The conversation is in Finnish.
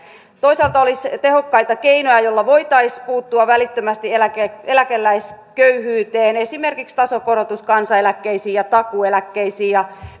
toisaalta olisi tehokkaita keinoja joilla voitaisiin puuttua välittömästi eläkeläisköyhyyteen esimerkiksi tasokorotus kansaneläkkeisiin ja takuueläkkeisiin ja